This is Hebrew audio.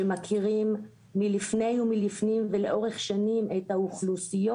שמכירים מלפני ומלפנים ולאורך שנים את האוכלוסיות